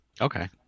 Okay